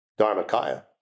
Dharmakaya